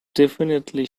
definitely